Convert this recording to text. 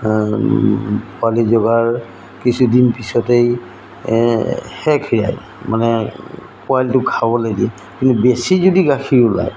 পোৱালি জগাৰ কিছুদিন পিছতেই হে খীৰায় মানে পোৱালিটো খাবলৈ দিয়ে কিন্তু বেছি যদি গাখীৰ ওলায়